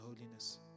holiness